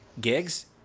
gigs